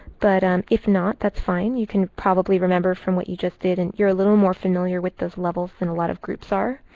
but um if not, that's fine. you can probably remember from what you just did and you're a little more familiar with those levels than a lot of groups are.